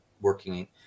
working